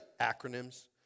acronyms